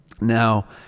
Now